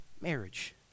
marriage